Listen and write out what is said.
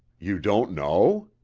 you don't know?